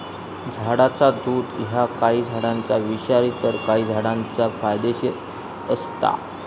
झाडाचा दुध ह्या काही झाडांचा विषारी तर काही झाडांचा फायदेशीर असता